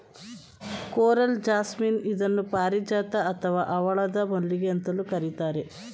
coral jasmine ಇದನ್ನು ಪಾರಿಜಾತ ಅಥವಾ ಹವಳದ ಮಲ್ಲಿಗೆ ಅಂತಲೂ ಕರಿತಾರೆ